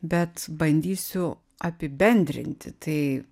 bet bandysiu apibendrinti tai